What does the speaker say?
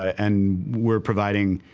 and we're providing,